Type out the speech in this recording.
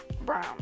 brown